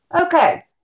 Okay